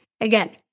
Again